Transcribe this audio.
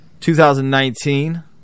2019